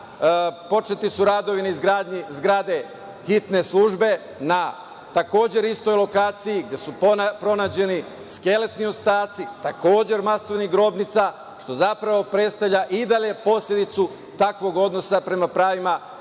početi su radovi na izgradnji zgrade hitne službe na takođe istoj lokaciji, gde su pronađeni skeletni ostaci takođe masovnih grobnica, što zapravo predstavlja i dalje posledicu takvog odnosa prema pravima pripadnika